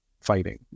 fighting